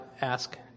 ask